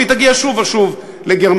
והיא תגיע שוב ושוב לגרמניה.